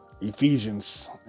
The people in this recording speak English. Ephesians